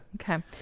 okay